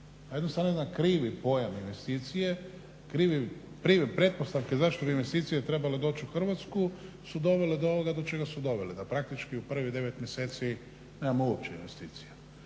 … jedan krivi pojam investicije, krive pretpostavke zašto bi investicije trebale doći u Hrvatsku su dovele do ovoga do čega su dovele, da praktički u prvih 9 mjeseci nemamo uopće investicija.